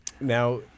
Now